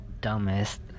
dumbest